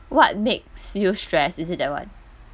what makes you stress is it that one